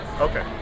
Okay